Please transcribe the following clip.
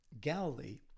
Galilee